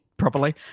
properly